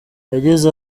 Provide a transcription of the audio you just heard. yageze